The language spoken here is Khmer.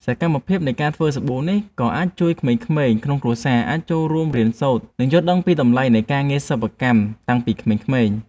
សកម្មភាពនៃការធ្វើសាប៊ូនេះ ក៏អាចជួយឱ្យក្មេងៗក្នុងគ្រួសារអាចចូលរួមរៀនសូត្រ និងយល់ដឹងពីតម្លៃនៃការងារសិប្បកម្មតាំងពីក្មេងៗ។